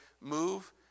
move